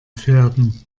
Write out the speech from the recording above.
pferden